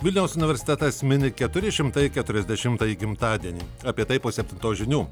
vilniaus universitetas mini keturi šimtai keturiasdešimtąjį gimtadienį apie tai po septintos žinių